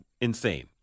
Insane